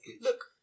Look